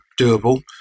doable